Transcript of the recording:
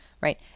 Right